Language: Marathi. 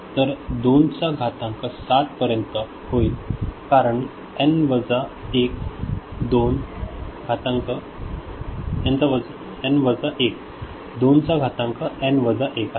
तर ते दोनचा घातांक 7 पर्यंत होईल कारण एन एन वजा 1 2 घातांक एन वजा 1 आहे